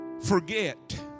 forget